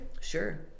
sure